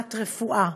מבחינת הרפואה,